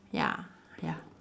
ya ya